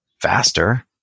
faster